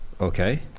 Okay